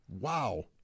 Wow